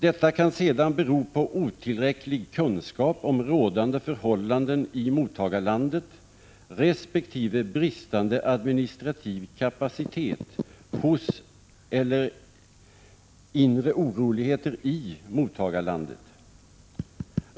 Detta kan sedan bero på otillräcklig kunskap om rådande förhållanden i mottagarlandet, resp. bristande administrativ kapacitet hos eller inre oroligheter i mottagarlandet.